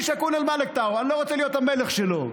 אני לא רוצה להיות המלך שלו.